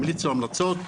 המליצו המלצות,